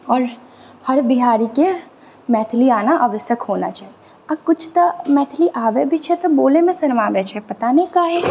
आओर हर बिहारिके मैथिली आना आवश्यक होना चाही आ किछु तऽ मैथिली आबै भी छै तऽ बोलएमे शर्माबै छै पता नहि काहे